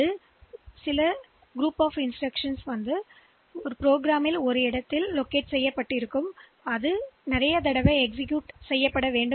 எனவேமீண்டும் மீண்டும் செய்யப்படும் இன்ஸ்டிரக்ஷன் குழு என்று கூறப்படுகிறது ப்ரோக்ராம்ன் வெவ்வேறு இடங்களில் எனவே அதை பல முறை எழுதுவதற்கு பதிலாக